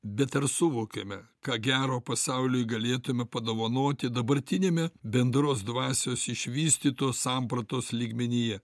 bet ar suvokiame ką gero pasauliui galėtume padovanoti dabartiniame bendros dvasios išvystytos sampratos lygmenyje